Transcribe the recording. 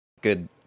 Good